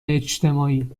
اجتماعی